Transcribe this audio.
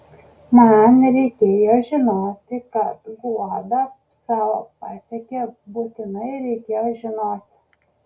man reikėjo žinoti kad guoda savo pasiekė būtinai reikėjo žinoti